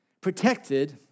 protected